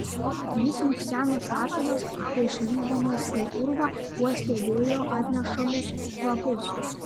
jis lyg senas lapinas prieš lįsdamas į urvą uostė vėjo atnešamus kvapus